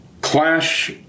clash